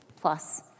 plus